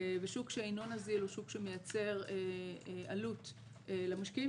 ושוק שאינו נזיל הוא שוק שמייצר עלות למשקיעים